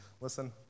Listen